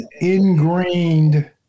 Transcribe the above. ingrained